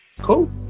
Cool